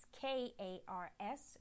K-A-R-S